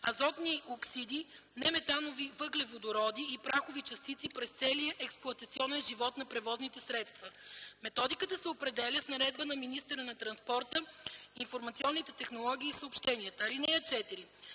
азотни оксиди, неметанови въглеводороди и прахови частици през целия експлоатационен живот на превозните средства. Методиката се определя с наредба на министъра на транспорта, информационните технологии и съобщенията. (4)